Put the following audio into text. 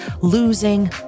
losing